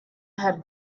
had